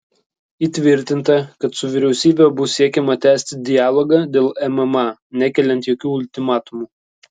įtvirtinta kad su vyriausybe bus siekiama tęsti dialogą dėl mma nekeliant jokių ultimatumų